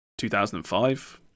2005